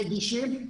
נגישים,